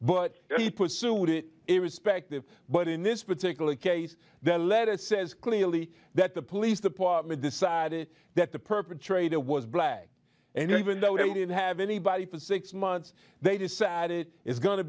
but he pursued it irrespective but in this particular case the letter says clearly that the police department decided that the perpetrator was black and even though they didn't have anybody for six months they decided it's go